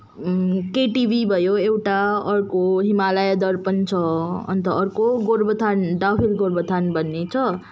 KTV भयो एउटा अर्को हिमालय दर्पण छ अन्त अरेको गोरुबथान डाउनहिल गोरुबथान भन्ने छ